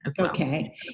Okay